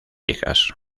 hijas